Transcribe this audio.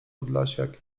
podlasiak